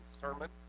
sermon